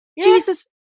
Jesus